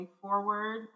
forward